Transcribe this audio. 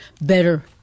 Better